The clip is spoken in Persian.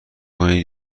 کنید